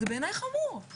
זה בעיניי חמור.